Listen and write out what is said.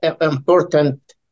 important